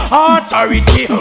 authority